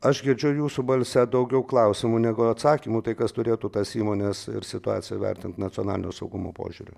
aš girdžiu jūsų balse daugiau klausimų negu atsakymų tai kas turėtų tas įmones ir situaciją vertinti nacionalinio saugumo požiūriu